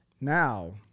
Now